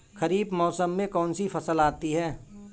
खरीफ मौसम में कौनसी फसल आती हैं?